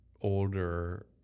older